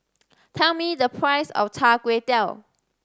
tell me the price of Char Kway Teow